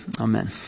amen